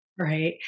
Right